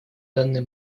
данный